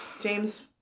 James